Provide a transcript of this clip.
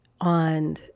on